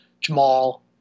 Jamal